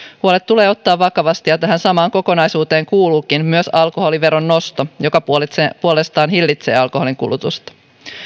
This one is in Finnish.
huolet tulee ottaa vakavasti ja tähän samaan kokonaisuuteen kuuluukin myös alkoholiveron nosto joka puolestaan hillitsee alkoholinkulutusta